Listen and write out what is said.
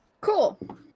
Cool